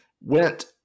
went